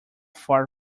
far